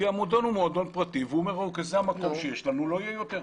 כי המועדון הוא מועדון פרטי והוא אומר שזה המקום שיש לנו ולא יהיה יותר.